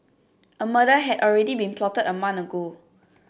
a murder had already been plotted a month ago